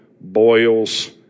boils